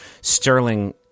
Sterling